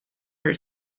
her